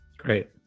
Great